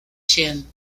chen